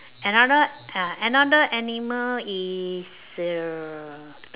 another uh another animal is err